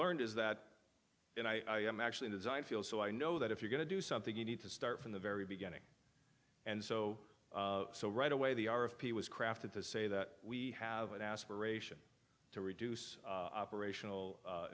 learned is that when i am actually design feel so i know that if you're going to do something you need to start from the very beginning and so so right away they are of p was crafted to say that we have an aspiration to reduce operational